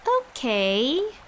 Okay